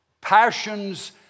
Passions